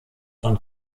von